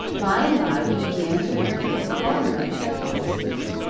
by and by he began to wonder if longlegs had gone to sleep.